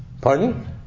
Pardon